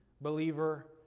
believer